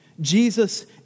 Jesus